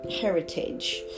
heritage